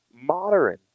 modern